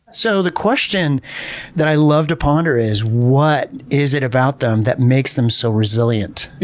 so the question that i love to ponder is what is it about them that makes them so resilient?